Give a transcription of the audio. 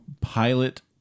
pilot